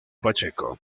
pacheco